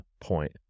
point